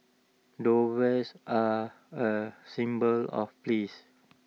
doves are A symbol of please